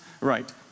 Right